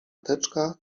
teczka